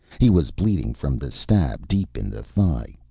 he was bleeding from the stab deep in the thigh.